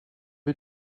bin